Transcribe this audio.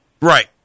Right